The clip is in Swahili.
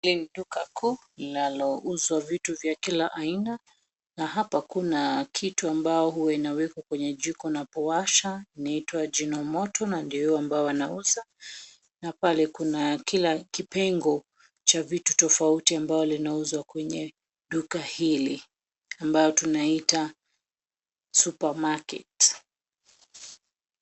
Hili ni duka kuu linalouzwa vitu vya kila aina. Na hapa kuna kitu ambao hua inawekwa kwenye jiko unapowasha inaitwa jino moto na ndiyo hiyo ambao wanauza. Na pale kuna kila kipengo cha vitu tofauti ambao linauzwa kwenye duka hili ambayo tunaiita supermarket .